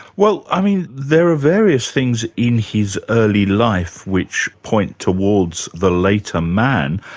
well, i mean. there are various things in his early life which point towards the later man.